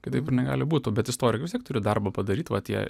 kitaip ir negali būt bet istorikai vis tiek turi darbą padaryt vat jie